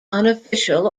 unofficial